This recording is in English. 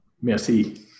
Merci